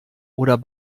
oder